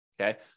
okay